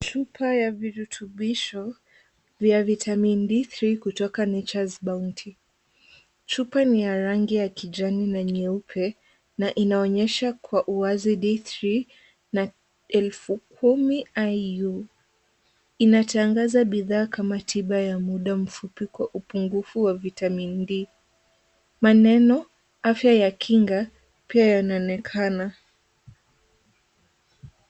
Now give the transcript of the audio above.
Chupa ya virutibisho vya vitamin D3 kutoka Nature's Bounty. Chupa ni ya rangi ya kijani na nyeupe na inaonyesha kwa uwazi D3 na elfu kumi IU. Inatangaza bidhaa kama tiba ya muda mfupi kwa upungufu wa vitamin D . Maneno Afya ya kinga pia yanaonekana.